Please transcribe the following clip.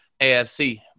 AFC